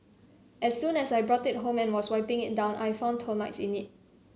as soon as I brought it home and was wiping it down I found termites in it